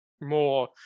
more